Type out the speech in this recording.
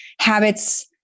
habits